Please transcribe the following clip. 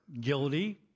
guilty